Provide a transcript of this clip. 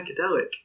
psychedelic